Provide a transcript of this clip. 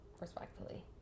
Respectfully